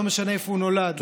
לא משנה איפה הוא נולד,